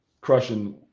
crushing